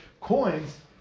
coins